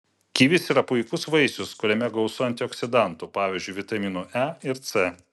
kivis yra puikus vaisius kuriame gausu antioksidantų pavyzdžiui vitaminų e ir c